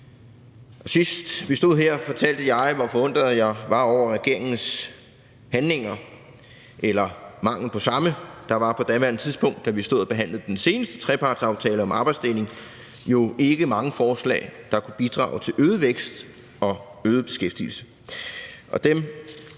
Sidst vi stod her, fortalte jeg, hvor forundret jeg var over regeringens handlinger – eller mangel på samme. Der var på daværende tidspunkt, da vi behandlede den seneste trepartsaftale om arbejdsdeling, jo ikke mange forslag, der kunne bidrage til øget vækst og øget beskæftigelse.